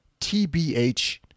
TBH